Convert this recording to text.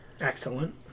Excellent